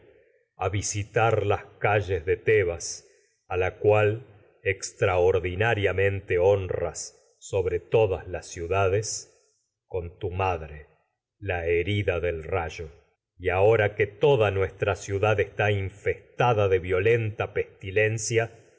a evohé evohé visitar las calles de tebas a la cual ex sobre todas las traordinariamente honras ciudades con tu madre la ciudad herida del rayo y ahora que toda nues violenta tra está infestada de pestilencia